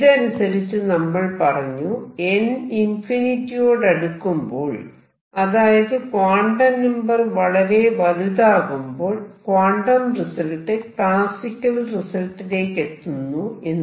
ഇതനുസരിച്ച് നമ്മൾ പറഞ്ഞു n ഇൻഫിനിറ്റി യോടടുക്കുമ്പോൾ അതായത് ക്വാണ്ടം നമ്പർ വളരെ വലുതാകുമ്പോൾ ക്വാണ്ടം റിസൾട്ട് ക്ലാസിക്കൽ റിസൾട്ടിലേക്കെത്തുന്നു എന്ന്